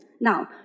Now